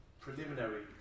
preliminary